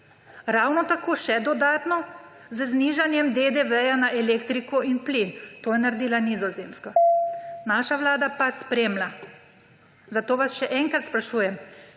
ravno tako še dodatno z znižanjem DDV na elektriko in plin. To je naredila Nizozemska. Naša vlada pa spremlja. Zato vas še enkrat sprašujem: